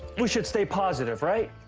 we should stay positive, right?